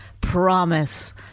promise